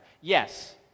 Yes